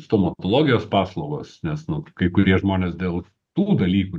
stomatologijos paslaugos nes kai kurie žmonės dėl tų dalykų